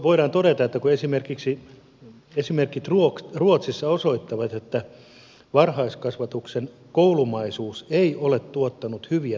voidaan todeta että esimerkit ruotsissa osoittavat että varhaiskasvatuksen koulumaisuus ei ole tuottanut hyviä tuloksia